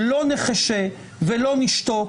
לא נחשה ולא נשתוק,